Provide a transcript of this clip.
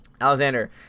Alexander